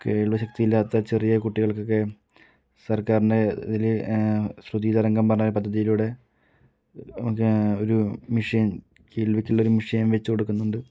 കേൾവി ശക്തി ഇല്ലാത്ത ചെറിയ കുട്ടികൾക്കൊക്കെ സർക്കാരിൻ്റെ ഇതിൽ ശ്രുതി തരംഗം പറഞ്ഞ പദ്ധതിയിലൂടെ നമുക്ക് ഒരു മഷീൻ കേൾവിക്ക് ഉള്ളൊരു മഷീൻ വെച്ചു കൊടുക്കുന്നുണ്ട്